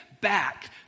back